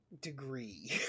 degree